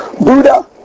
Buddha